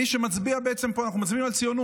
מי שמצביע, בעצם פה אנחנו מצביעים על ציונות.